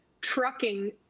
trucking